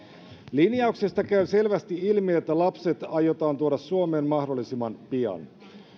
linjauksesta käy selvästi ilmi että lapset aiotaan tuoda suomeen mahdollisimman pian